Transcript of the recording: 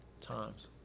times